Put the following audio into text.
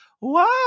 Wow